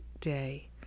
day